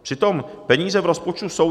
Přitom peníze v rozpočtu jsou.